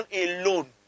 alone